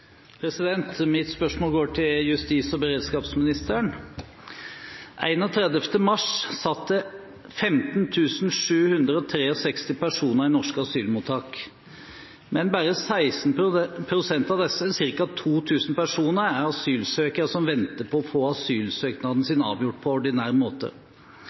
Mitt spørsmål går til justis- og beredskapsministeren. Den 31. mars satt det 15 763 personer i norske asylmottak, men bare 16 pst. av disse, ca. 2 000 personer, er asylsøkere som venter på å få asylsøknaden sin avgjort på ordinær måte.